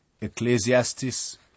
Ecclesiastes